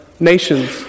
Nations